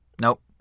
Nope